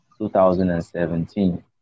2017